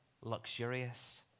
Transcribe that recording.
luxurious